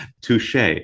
touche